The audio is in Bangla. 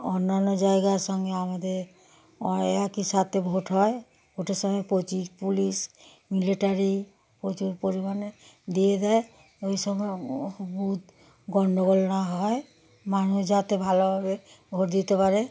অন্যান্য জায়গার সঙ্গে আমাদের ও একই সাথে ভোট হয় ভোটের সময় প্রচুর পুলিশ মিলিটারি প্রচুর পরিমাণে দিয়ে দেয় ওই সময় বুথ গণ্ডগোল না হয় মানুষ যাতে ভালোভাবে ভোট দিতে পারে